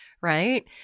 right